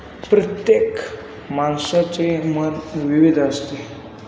प्रत्येक माणसाचे मत विविध असते